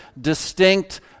distinct